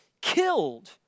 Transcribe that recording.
killed